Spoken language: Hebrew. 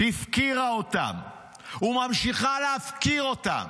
הפקירה אותם וממשיכה להפקיר אותם.